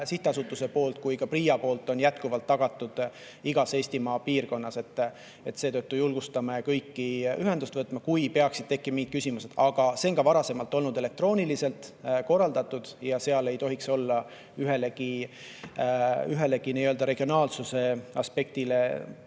Sihtasutuselt kui ka PRIA-lt jätkuvalt tagatud igas Eestimaa piirkonnas. Seetõttu julgustame kõiki ühendust võtma, kui peaksid tekkima mingid küsimused. Aga see on ka varasemalt olnud elektrooniliselt korraldatud ja seal ei tohiks olla ühelegi nii-öelda regionaalsuse aspektile